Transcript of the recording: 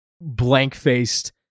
blank-faced